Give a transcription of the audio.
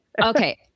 Okay